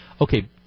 okay